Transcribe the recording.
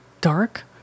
dark